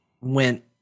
went